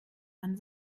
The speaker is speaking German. man